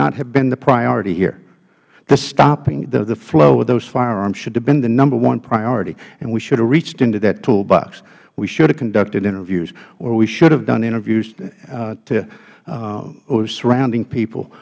not have been the priority here the stopping the flow of those firearms should have been the number one priority and we should have reached into that toolbox we should have conducted interviews or we should have done interviews to surrounding people